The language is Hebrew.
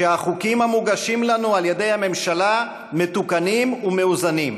שהחוקים המוגשים לנו על ידי הממשלה מתוקנים ומאוזנים.